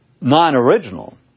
Non-original